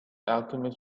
alchemist